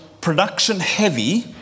production-heavy